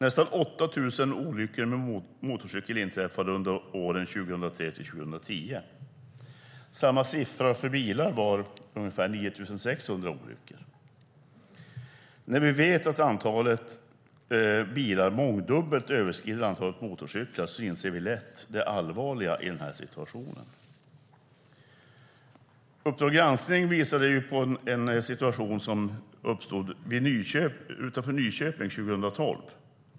Nästan 8 000 olyckor med motorcykel inträffade under åren 2003-2010. Samma siffra för bilar var ungefär 9 600 olyckor. När vi vet att antalet bilar mångdubbelt överskrider antalet motorcyklar inser vi lätt det allvarliga i den här situationen. Uppdrag granskning visade på en situation som uppstod utanför Nyköping 2012.